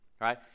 right